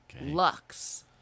Lux